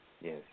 Yes